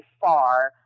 far